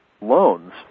loans